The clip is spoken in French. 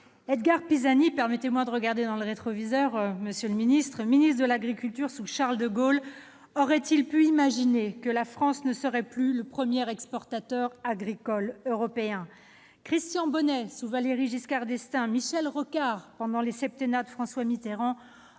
Edgard Pisani- permettez-moi de regarder dans le rétroviseur, monsieur le ministre !-, qui fut ministre de l'agriculture sous Charles de Gaulle, aurait-il pu imaginer que la France ne serait plus le premier exportateur agricole européen ? Christian Bonnet, sous Valéry Giscard d'Estaing, Michel Rocard, pendant les septennats de François Mitterrand,